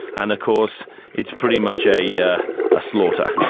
and of course it's pretty much a yeah ah slaughter.